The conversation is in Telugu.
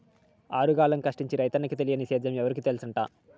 ఆరుగాలం కష్టించి రైతన్నకి తెలియని సేద్యం ఎవరికి తెల్సంట